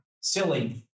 silly